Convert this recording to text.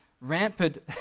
rampant